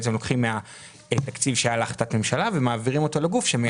בעצם לוקחים מהתקציב של החלטת הממשלה ומעבירים אותו לגוף שמיישם בפועל.